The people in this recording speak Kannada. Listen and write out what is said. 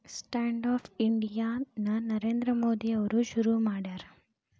ಸ್ಟ್ಯಾಂಡ್ ಅಪ್ ಇಂಡಿಯಾ ನ ನರೇಂದ್ರ ಮೋದಿ ಅವ್ರು ಶುರು ಮಾಡ್ಯಾರ